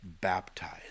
baptized